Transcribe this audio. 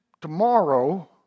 tomorrow